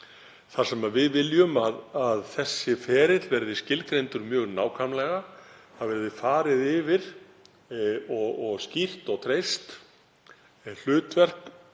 þar sem við viljum að þessi ferill verði skilgreindur mjög nákvæmlega, það verði farið yfir og skýrt og treyst hlutverk